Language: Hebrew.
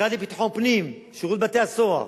המשרד לביטחון פנים, שירות בתי-הסוהר